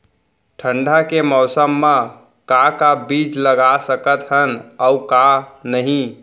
ठंडा के मौसम मा का का बीज लगा सकत हन अऊ का नही?